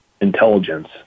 intelligence